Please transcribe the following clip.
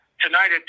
Tonight